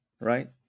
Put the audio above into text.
right